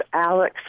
Alex